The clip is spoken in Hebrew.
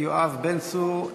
יואב בן צור,